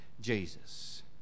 Jesus